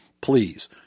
please